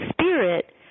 spirit